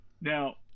Now